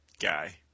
guy